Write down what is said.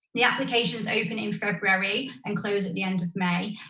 the application's opening february, and close at the end of may.